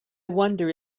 wonder